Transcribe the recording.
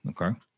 Okay